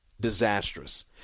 Disastrous